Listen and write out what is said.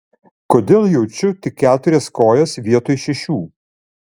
kodėl jaučiu tik keturias kojas vietoj šešių